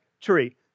tree